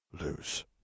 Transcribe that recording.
lose